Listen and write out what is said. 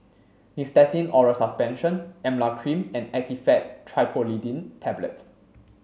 Nystatin Oral Suspension Emla Cream and Actifed Triprolidine Tablets